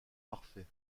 parfait